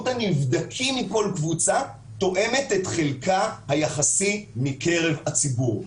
הנבדקים מכל קבוצה תואם את חלקה היחסי מקרב הציבור.